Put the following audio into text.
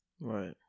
Right